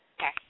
Okay